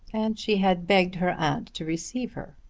and she had begged her aunt to receive her.